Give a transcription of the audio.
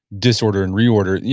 disorder, and reorder, yeah